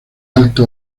alto